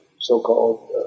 so-called